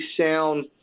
sound